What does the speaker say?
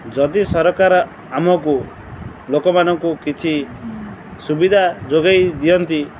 ଯଦି ସରକାର ଆମକୁ ଲୋକମାନଙ୍କୁ କିଛି ସୁବିଧା ଯୋଗେଇ ଦିଅନ୍ତି